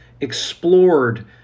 explored